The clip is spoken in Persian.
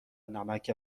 نمک